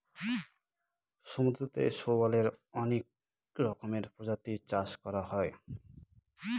সমুদ্রতে শৈবালের অনেক রকমের প্রজাতির চাষ করা হয়